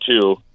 two